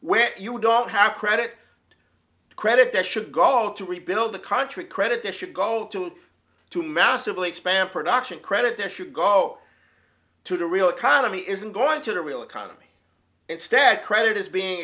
where you don't have credit to credit that should go to rebuild the country credit this should go to two massively expand production credit if you go to the real economy isn't going to the real economy instead credit is being